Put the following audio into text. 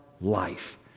life